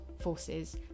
forces